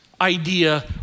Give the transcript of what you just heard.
idea